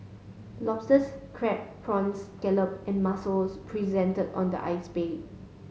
lobsters crab prawns scallop and mussels presented on the ice bed